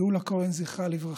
גאולה כהן, זכרה לברכה,